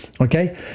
Okay